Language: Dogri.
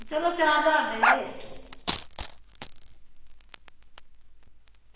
चलो चार ज्हार देई दे